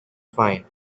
fine